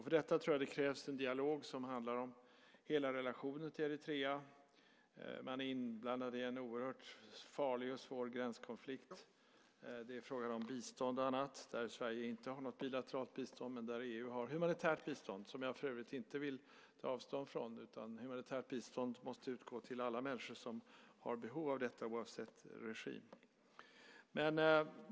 För detta krävs en dialog som handlar om hela relationen till Eritrea. Man är inblandad i en oerhört farlig och svår gränskonflikt. Det är frågan om bistånd och annat där Sverige inte har något bilateralt bistånd men där EU har humanitärt bistånd, som jag för övrigt inte vill ta avstånd från. Humanitärt bistånd måste utgå till alla människor som har behov av detta oavsett regim.